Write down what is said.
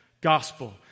gospel